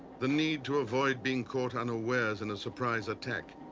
the need to avoid being caught unawares in a surprise attack,